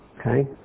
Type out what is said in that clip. Okay